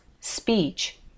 speech